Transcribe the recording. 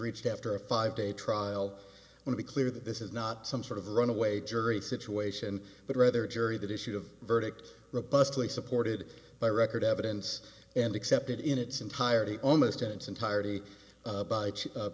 reached after a five day trial would be clear that this is not some sort of runaway jury situation but rather a jury that issue of verdict robustly supported by record evidence and accepted in its entirety almost at its